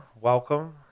Welcome